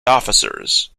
officers